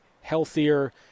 healthier